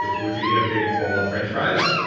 ah would you eat a big bowl of french fries?